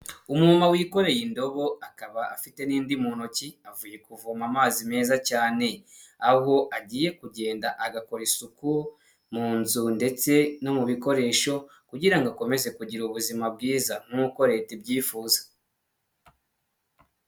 Umumama wikoreye indobo akaba afite n'indi mu ntoki, avuye kuvoma amazi meza cyane, aho agiye kugenda agakora isuku mu nzu ndetse no mu bikoresho, kugira ngo akomeze kugira ubuzima bwiza nk'uko leta ibyifuza.